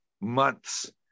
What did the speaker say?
months